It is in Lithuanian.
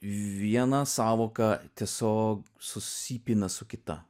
viena sąvoka tiesiog susipina su kita